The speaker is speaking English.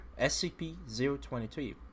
SCP-022